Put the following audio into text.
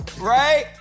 Right